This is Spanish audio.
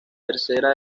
tercera